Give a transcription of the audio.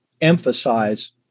emphasize